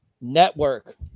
network